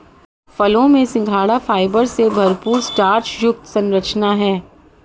फलों में सिंघाड़ा फाइबर से भरपूर स्टार्च युक्त संरचना है